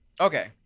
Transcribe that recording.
Okay